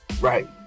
Right